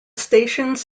stations